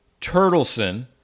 Turtleson